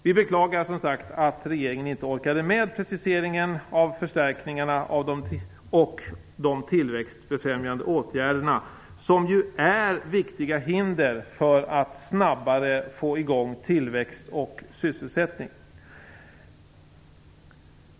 Vi beklagar som sagt att regeringen inte orkade med preciseringen av förstärkningarna och de tillväxtfrämjande åtgärderna, som ju är viktiga hinder för att snabbare få i gång tillväxt och sysselsättning.